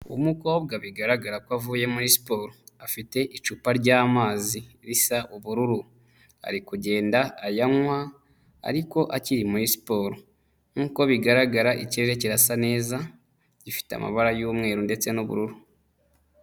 Umukobwa bigaragara ko avuye muri siporo. Afite icupa ry'amazi risa ubururu. Ari kugenda ayanywa, ariko akiri muri siporo. Nk'uko bigaragara ikirere kirasa neza, gifite amabara y'umweru ndetse n'ubururu.